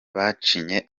bacinye